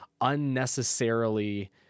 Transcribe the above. unnecessarily